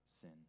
sin